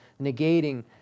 negating